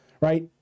right